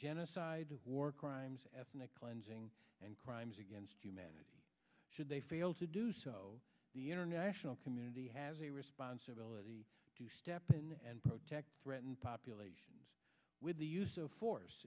genocide war crimes ethnic cleansing and crimes against humanity should they fail to do so the international community has a responsibility to step in and protect threatened populations with the use of force